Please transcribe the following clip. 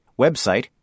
Website